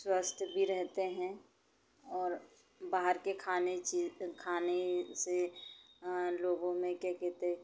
स्वस्थ भी रहते हैं और बाहर के खाने ची खाने से लोगों में क्या कहते